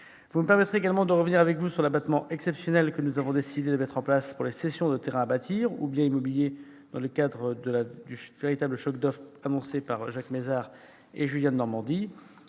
Vous me permettrez également de revenir sur l'abattement exceptionnel que nous avons décidé de mettre en place pour les cessions de terrains à bâtir ou de biens immobiliers dans le cadre du véritable « choc d'offre » annoncé par Jacques Mézard et Julien Denormandie.